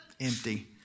empty